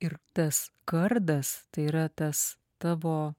ir tas kardas tai yra tas tavo